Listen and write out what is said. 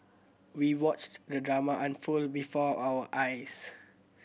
we watched the drama unfold before our eyes